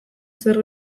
zer